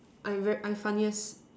I very I funniest